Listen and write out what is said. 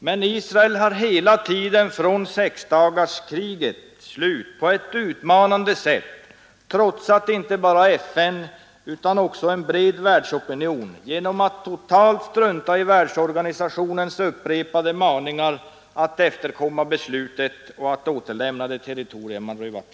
Men Israel har hela tiden från sexdagarskrigets slut på ett utmanande sätt trotsat inte bara FN utan också en bred världsopinion genom att totalt strunta i värlsorganisationens upprepade maningar att efterkomma beslutet och återlämna de territorier man rövat.